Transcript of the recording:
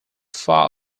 far